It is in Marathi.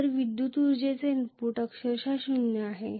तर विद्युत उर्जेचे इनपुट अक्षरशः शून्य आहे